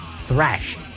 thrash